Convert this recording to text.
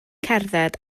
cerdded